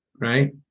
right